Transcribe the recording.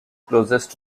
closest